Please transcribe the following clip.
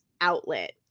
outlet